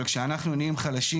אבל כשאנחנו נהיים חלשים,